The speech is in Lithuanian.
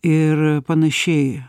ir panašiai